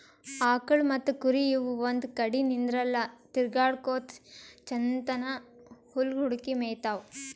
ಆಕಳ್ ಮತ್ತ್ ಕುರಿ ಇವ್ ಒಂದ್ ಕಡಿ ನಿಂದ್ರಲ್ಲಾ ತಿರ್ಗಾಡಕೋತ್ ಛಂದನ್ದ್ ಹುಲ್ಲ್ ಹುಡುಕಿ ಮೇಯ್ತಾವ್